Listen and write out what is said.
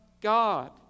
God